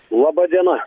laba diena